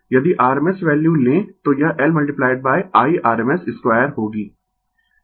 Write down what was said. यदि rms value लें तो यह L IRms2 होगी